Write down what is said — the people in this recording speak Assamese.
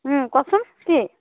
কওকচোন কি